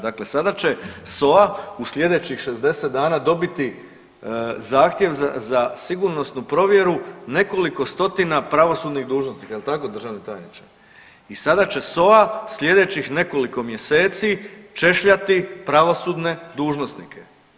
Dakle, sada će SOA u slijedećih 60 dana dobiti zahtjev za sigurnosnu provjeru nekoliko stotina pravosudnih dužnosnika, jel tako državni tajniče i sada će SOA slijedećih nekoliko mjeseci češljati pravosudne dužnosnike.